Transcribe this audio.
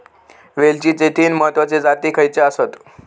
वेलचीचे तीन महत्वाचे जाती खयचे आसत?